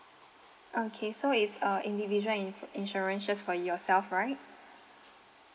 okay so it's uh individual in~ insurance just for yourself right